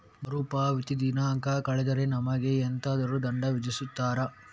ಮರುಪಾವತಿ ದಿನಾಂಕ ಕಳೆದರೆ ನಮಗೆ ಎಂತಾದರು ದಂಡ ವಿಧಿಸುತ್ತಾರ?